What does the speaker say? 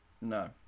no